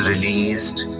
Released